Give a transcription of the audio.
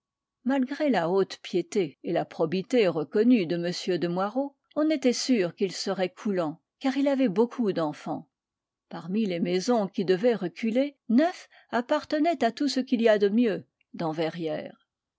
malgré la haute piété et la probité reconnue de m de moirod on était sûr qu'il serait coulant car il avait beaucoup d'enfants parmi les maisons qui devaient reculer neuf appartenaient à tout ce qu'il y a de mieux dans verrières